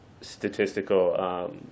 statistical